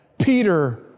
Peter